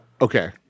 okay